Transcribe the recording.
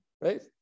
right